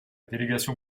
délégation